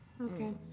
Okay